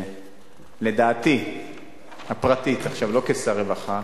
ולדעתי הפרטית, לא כשר רווחה,